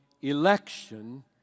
election